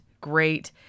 great